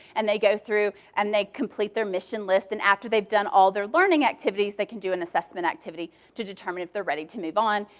and they go through and they complete their mission list. and after they've done all their learning activities, they can do an assessment activity to determine if they're ready to move on.